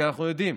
כי אנחנו יודיעם